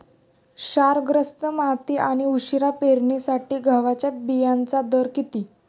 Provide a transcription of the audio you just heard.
क्षारग्रस्त माती आणि उशिरा पेरणीसाठी गव्हाच्या बियाण्यांचा दर किती?